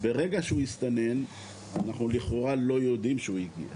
ברגע שהוא הסתנן אנחנו לכאורה לא יודעים שהוא הגיע.